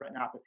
retinopathy